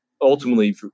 ultimately